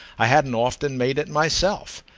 i hadn't often made it myself.